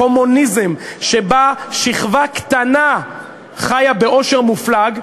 קומוניזם שבו שכבה קטנה חיה בעושר מופלג,